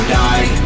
die